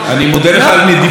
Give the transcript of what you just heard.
אני מודה לך על נדיבותך.